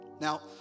Now